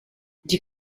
die